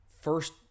first